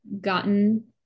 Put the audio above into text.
gotten